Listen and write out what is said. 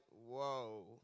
whoa